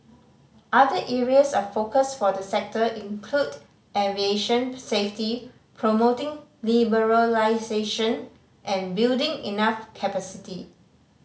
other areas of focus for the sector include aviation safety promoting liberalisation and building enough capacity